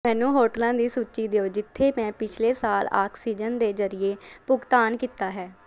ਮੈਨੂੰ ਹੋਟਲਾਂ ਦੀ ਸੂਚੀ ਦਿਓ ਜਿੱਥੇ ਮੈਂ ਪਿਛਲੇ ਸਾਲ ਆਕਸੀਜਨ ਦੇ ਜ਼ਰੀਏ ਭੁਗਤਾਨ ਕੀਤਾ ਹੈ